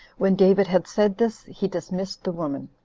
when david had said this, he dismissed the woman.